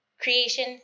Creation